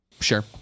sure